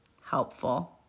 helpful